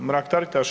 Mrak-Taritaš.